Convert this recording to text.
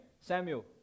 Samuel